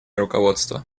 руководства